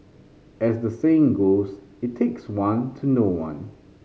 as the saying goes it takes one to know one